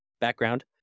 background